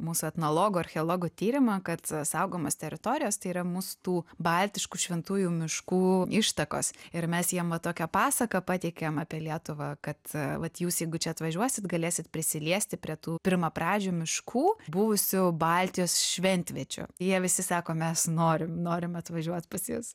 mūsų etnologų archeologų tyrimą kad saugomos teritorijos tai yra mūsų tų baltiškų šventųjų miškų ištakos ir mes jiem va tokią pasaką pateikėm apie lietuvą kad vat jūs jeigu čia atvažiuosit galėsit prisiliesti prie tų pirmapradžių miškų buvusių baltijos šventviečių jie visi sako mes norim norim atvažiuot pas jus